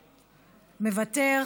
מוותר,